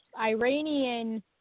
Iranian